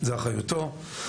זאת אחריותו.